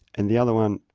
and the other one,